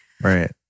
Right